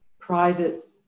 private